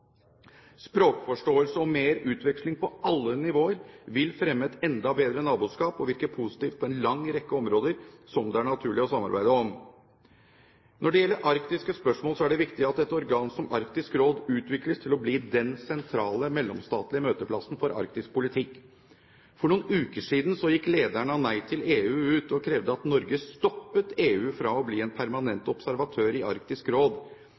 Språkforståelse og mer utveksling på alle nivåer vil fremme et enda bedre naboskap og virke positivt på en lang rekke områder som det er naturlig å samarbeide om. Når det gjelder arktiske spørsmål, er det viktig at et organ som Arktisk Råd utvikles til å bli den sentrale mellomstatlige møteplassen for arktisk politikk. For noen uker siden gikk lederen av Nei til EU ut og krevde at Norge stoppet EU fra å bli en permanent observatør i Arktisk Råd.